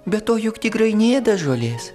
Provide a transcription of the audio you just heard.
be to juk tigrai neėda žolės